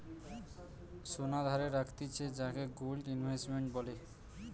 সোনা ধারে রাখতিছে যাকে গোল্ড ইনভেস্টমেন্ট বলে